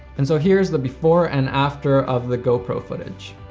and so here's the before and after of the go pro footage.